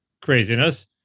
craziness